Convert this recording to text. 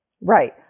Right